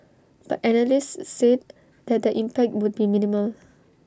but analysts said that the impact would be minimal